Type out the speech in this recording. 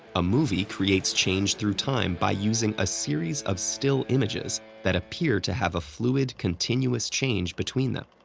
a movie creates change through time by using a series of still images that appear to have a fluid, continuous change between them.